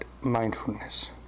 mindfulness